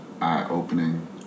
eye-opening